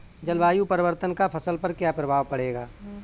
जलवायु परिवर्तन का फसल पर क्या प्रभाव पड़ेगा?